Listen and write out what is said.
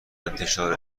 انتشار